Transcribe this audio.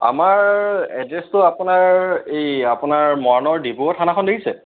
আমাৰ এড্ৰেছটো আপোনাৰ এই আপোনাৰ মৰাণৰ ডিব্ৰুগড় থানাখন দেখিছে